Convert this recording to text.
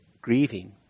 grieving